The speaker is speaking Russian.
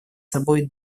собой